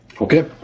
Okay